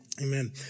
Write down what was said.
Amen